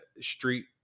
street